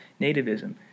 nativism